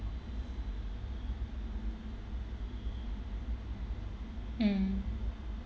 mm